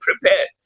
prepared